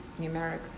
numeric